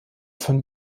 von